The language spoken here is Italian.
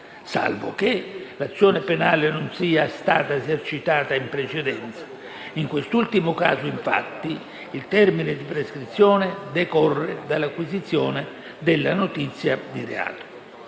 salvo che l'azione penale non sia stata esercitata in precedenza; in quest'ultimo caso, infatti, il termine di prescrizione decorre dall'acquisizione della notizia di reato.